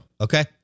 okay